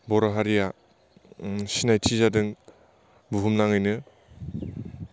बर' हारिया सिनाइथि जादों बुहुमनाङैनो